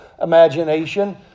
imagination